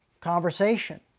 conversation